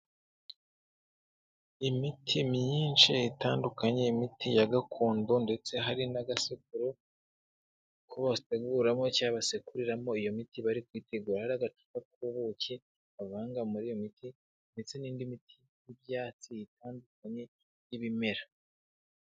Imiti myinshi itandukanye, imiti ya gakondo ndetse hari n'agasekuro ko bateguramo cyangwa basekuriramo iyo miti bari kwitegura hari n'agacupa k'ubuki bavangirami iyo miti ndetse n'indi miti y'ibyatsi itandukanye n'ibimera.